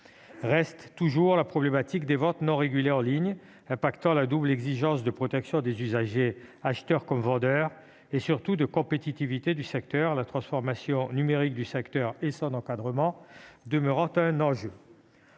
Reste toujours la problématique des ventes non régulées en ligne et de la double exigence de protection des usagers, des acheteurs comme des vendeurs, et surtout de compétitivité du secteur. La transformation numérique du secteur et son encadrement demeurent un enjeu.